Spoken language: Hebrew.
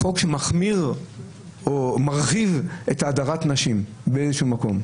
שמחמיר או מרחיב את הדרת הנשים באיזשהו מקום,